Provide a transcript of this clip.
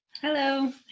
Hello